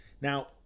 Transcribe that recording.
Now